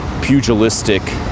pugilistic